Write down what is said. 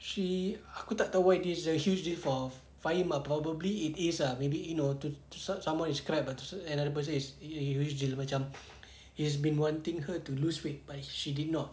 she aku tak tahu eh fahim ah probably it is ah maybe in to say someone is crap but to say another person is macam he's been wanting her to lose weight but she did not